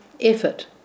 effort